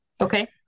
Okay